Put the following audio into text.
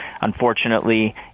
unfortunately